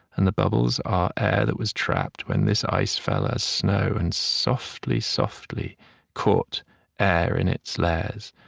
and the bubbles are air that was trapped when this ice fell as snow and softly, softly caught air in its layers.